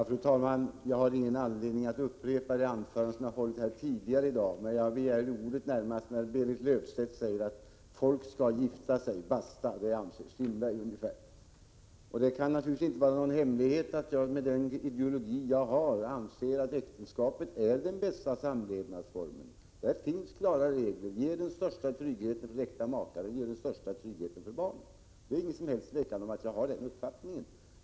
Fru talman! Jag har ingen anledning att upprepa det anförande som jag har hållit tidigare i dag. Jag begärde ordet närmast därför att Berit Löfstedt sade: Herr Strindberg anser att folk skall gifta sig, och därmed basta. Det kan naturligtvis inte vara någon hemlighet att jag, med den ideologi jag företräder, anser att äktenskapet är den bästa samlevnadsformen. Där finns klara regler. Det ger den största tryggheten för makarna och ger den största tryggheten för barnen. Det är ingen som helst tvekan om att jag har den uppfattningen.